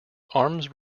arms